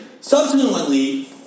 Subsequently